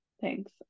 thanks